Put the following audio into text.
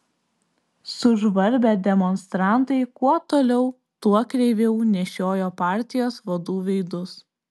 sužvarbę demonstrantai kuo toliau tuo kreiviau nešiojo partijos vadų veidus